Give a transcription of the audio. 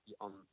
on